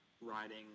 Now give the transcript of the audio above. riding